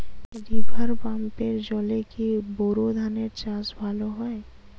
River পাম্পের জলে কি বোর ধানের চাষ ভালো হয়?